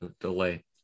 delay